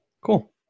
cool